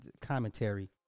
commentary